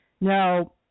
Now